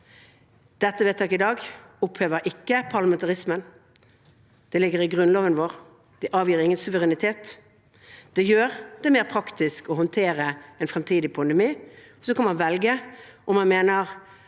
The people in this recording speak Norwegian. Vedtaket i dag opphever ikke parlamentarismen, det ligger i Grunnloven vår. Det avgir ingen suverenitet. Det gjør det mer praktisk å håndtere en fremtidig pandemi. Så kan man velge om man mener